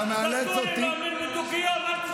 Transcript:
אתה, ואטורי, מאמין בדו-קיום?